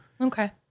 Okay